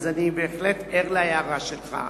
אני בהחלט ער להערה שלך.